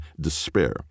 despair